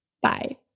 Bye